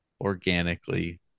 organically